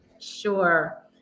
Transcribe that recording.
Sure